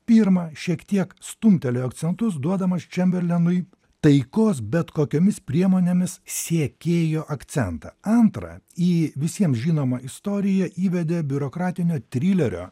pirma šiek tiek stumtelėjo akcentus duodamas čemberlenui taikos bet kokiomis priemonėmis siekėjo akcentą antra į visiems žinomą istoriją įvedė biurokratinio trilerio